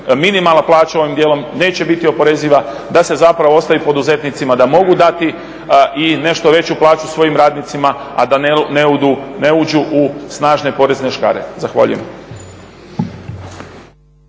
minimalna plaća ovim dijelom neće biti oporeziva da se ostavi poduzetnicima da mogu dati i nešto veću plaću svojim radnicima, a da ne uđu u snažne porezne škare. Zahvaljujem.